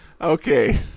Okay